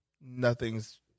nothing's